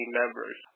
members